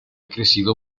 crecido